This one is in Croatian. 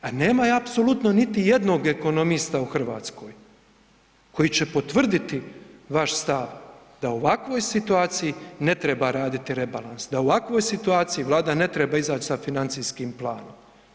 A nema apsolutno niti jednog ekonomista u Hrvatskoj koji će potvrditi vaš stav da u ovakvoj situaciji ne treba raditi rebalans, da u ovakvoj situaciji Vlada ne treba izaći sa financijskim planom.